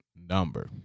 number